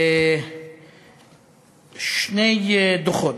שני דוחות,